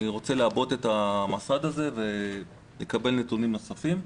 אני רוצה לעבות את המסד הזה ולקבל נתונים נוספים.